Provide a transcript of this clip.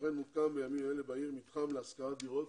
בימים אלה מוקם מתחם להשכרת דירות